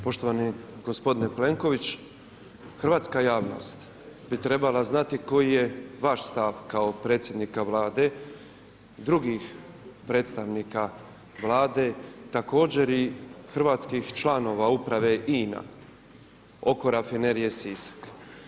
Poštovani gospodine Plenković, hrvatska javnost bi trebala znati koji je vaš stav kao predsjednika Vlade i drugih predstavnika Vlade, također i hrvatskih članova Uprave INA oko Rafinerije Sisak.